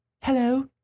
Hello